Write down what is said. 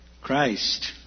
Christ